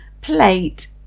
plate